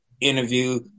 interview